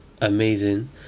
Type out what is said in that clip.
amazing